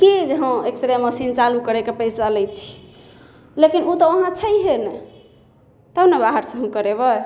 की जे हँ x ray machine चालू करयके पैसा लै छी लेकिन ओ तऽ वहाँ छैहिए नहि तब ने बाहर से हम करेबै